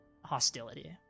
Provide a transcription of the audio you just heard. hostility